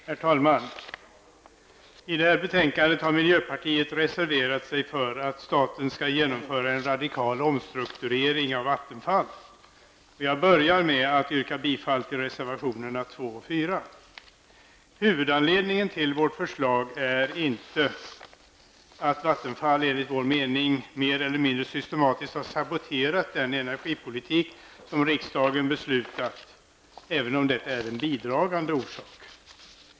Herr talman! I detta betänkande har miljöpartiet reserverat sig för att staten skall genomföra en radikal omstrukturering av Vattenfall, och jag börjar med att yrka bifall till reservationerna 2 och Huvudanledningen till vårt förslag är inte att Vattenfall enligt vår mening mer eller mindre systematiskt har saboterat den energipolitik som riksdagen beslutat, även om det är en bidragande orsak.